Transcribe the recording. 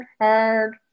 hard